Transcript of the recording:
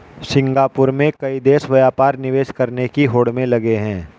Singapore में कई देश व्यापार निवेश करने की होड़ में लगे हैं